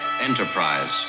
Enterprise